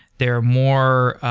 they are more